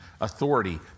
authority